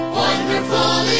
wonderful